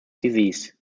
disease